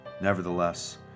Nevertheless